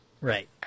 Right